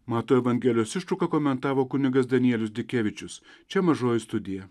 mato evangelijos ištrauką komentavo kunigas danielius dikevičius čia mažoji studija